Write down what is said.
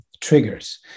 triggers